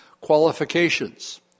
Qualifications